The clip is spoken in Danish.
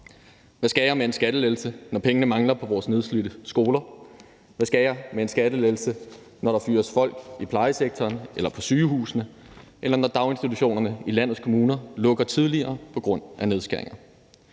Hvad skal jeg med en skattelettelse, når pengene mangler på vores nedslidte skoler? Hvad skal jeg med en skattelettelse, når der fyres folk i plejesektoren eller på sygehusene, eller når daginstitutionerne i landets kommuner lukker tidligere på grund af nedskæringer?